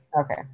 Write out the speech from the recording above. Okay